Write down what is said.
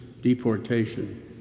deportation